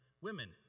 women